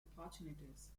opportunities